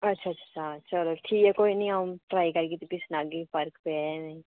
अच्छा अच्छा चलो ठीक ऐ अ'ऊं दोआई खागी फ्ही सनागी फर्क पेआ जां नेईं